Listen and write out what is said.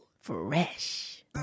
Fresh